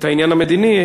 את העניין המדיני,